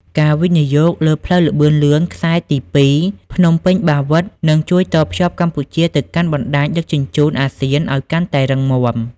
ការវិនិយោគលើផ្លូវល្បឿនលឿនខ្សែទីពីរ ភ្នំពេញ-បាវិត នឹងជួយតភ្ជាប់កម្ពុជាទៅកាន់បណ្ដាញដឹកជញ្ជូនអាស៊ានឱ្យកាន់តែរឹងមាំ។